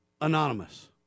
anonymous